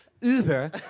Uber